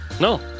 No